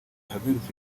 ihagaritse